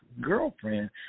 girlfriend